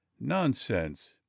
Nonsense